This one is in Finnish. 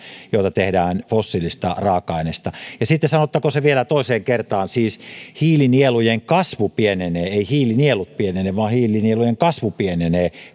joita tehdään fossiilisista raaka aineista ja sitten sanottakoon se vielä toiseen kertaan siis hiilinielujen kasvu pienenee eivät hiilinielut pienene vaan hiilinielujen kasvu pienenee